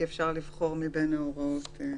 כי אפשר לבחור מבין ההוראות.